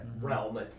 realm